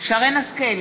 שרן השכל,